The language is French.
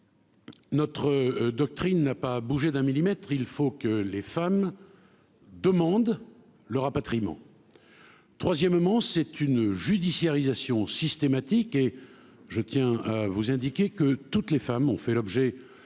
Notre doctrine n'a pas bougé d'un millimètre, il faut que les femmes demandent le rapatriement, troisièmement, c'est une judiciarisation systématique et je tiens à vous indiquer que toutes les femmes ont fait l'objet